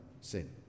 sin